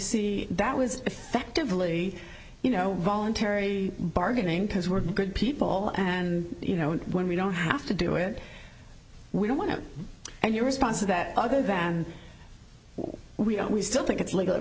see that was effectively you know voluntary bargaining because we're good people and you know when we don't have to do it we don't want to and your response to that other than we don't we still think it's